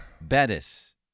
Bettis